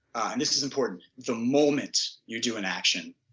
and this is important, the moment you do an action,